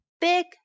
big